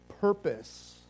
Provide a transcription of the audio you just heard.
purpose